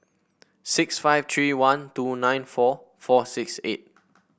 six five three one two nine four four six eight